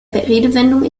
redewendung